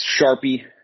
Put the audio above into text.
sharpie